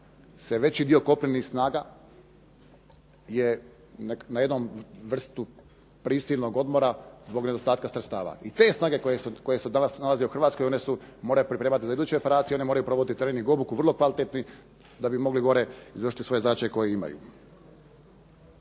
se veći dio kopnenih snaga je na jednom vrstu prisilnog odmora zbog nedostatka sredstava. I te snage koje se danas nalaze u Hrvatskoj one se moraju pripremati za iduće operacije, one moraju provoditi trening obuku vrlo kvalitetni da bi mogli gore izvršiti zadaće koje imaju.